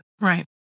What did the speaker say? Right